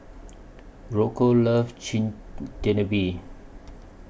Rocco loves Chigenabe